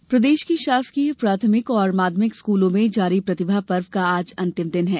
प्रतिभा पर्व प्रदेश के शासकीय प्राथमिक एवं माध्यमिक स्कूलों में जारी प्रतिभा पर्व का आज अंतिम दिन है